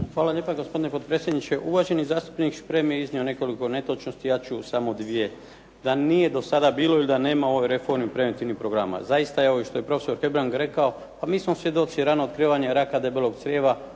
Hvala lijepo gospodine potpredsjedniče, uvaženi zastupnik Šprem je iznio nekoliko netočnosti, ja ću samo dvije. Da nije do sada bilo ili da nema ove reforme preventivnih programa. Zaista evo i što je profesor Hebrang rekao, pa mi smo svjedoci ranog otkrivanja raka debelog crijeva,